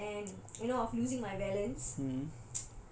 because ya and